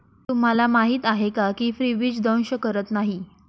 तुम्हाला माहीत आहे का की फ्रीबीज दंश करत नाही